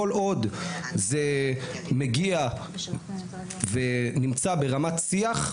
כל עוד זה מגיע ונמצא ברמת שיח,